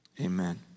amen